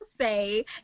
say